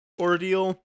ordeal